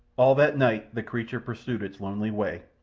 all that night the creature pursued its lonely way,